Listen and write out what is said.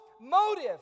motive